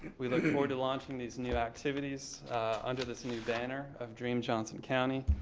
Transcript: we look forward to launching these new activities under this new banner of dream johnson county,